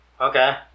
Okay